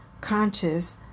conscious